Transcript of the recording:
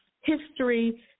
history